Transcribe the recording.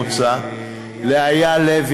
אייל לב-ארי.